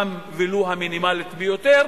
ולו המינימלית ביותר.